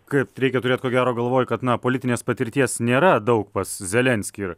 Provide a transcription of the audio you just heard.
kaip reikia turėt ko gero galvoj kad na politinės patirties nėra daug pas zelenskį ir